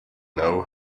know